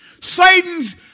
Satan's